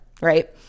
right